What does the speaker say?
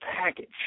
package